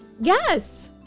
Yes